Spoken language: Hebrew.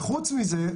חוץ מזה,